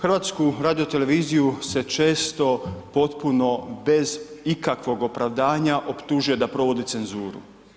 HRT se često potpuno bez ikakvog opravdanja optužuje da provodi cenzuru.